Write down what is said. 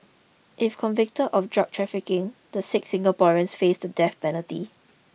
if convicted of drug trafficking the six Singaporeans face the death penalty